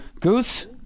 goose